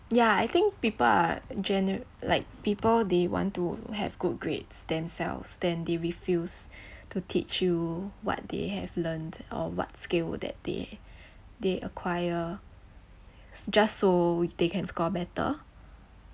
yeah I think people are generally like people they want to have good grades themselves then they refuse to teach you what they have learnt or what skill that they they acquire just so they can score better